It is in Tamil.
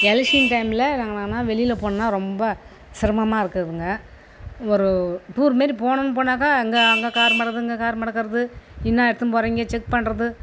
எலெக்ஷன் டைம்மில் நாங்களான்னா வெளியில போனால் ரொம்ப சிரமமாக இருக்குதுங்க ஒரு டூர்மாரி போகணும்னு போனாக்கா அங்கே அங்கே கார் மடக்கிறது இங்கே கார் மடக்கிறது இன்னா எடுத்துன்னு போகறீங்க செக் பண்ணுறது